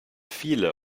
viele